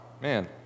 man